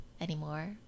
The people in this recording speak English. anymore